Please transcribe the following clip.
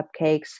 cupcakes